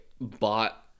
bought